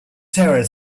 terror